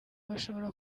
bashobora